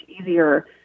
easier